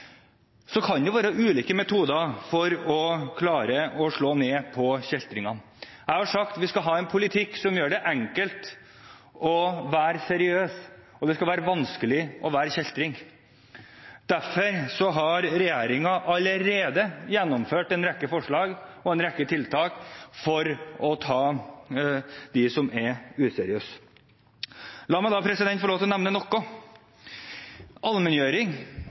Så kan det være ulike metoder for å klare å slå ned på kjeltringene. Jeg har sagt at vi skal ha en politikk som gjør det enkelt å være seriøs, og det skal være vanskelig å være kjeltring. Derfor har regjeringen allerede gjennomført en rekke forslag og en rekke tiltak for å ta dem som er useriøse. La meg få lov til å nevne noe: Allmenngjøring: